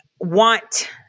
Want